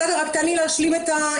חבר הכנסת, תן לי להשלים את העניין.